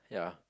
yeah